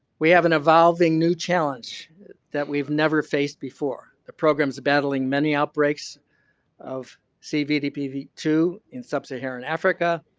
we have an evolving new challenge that we've never faced before. the programs battling many outbreaks of cvdpv two in sub saharan africa,